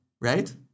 right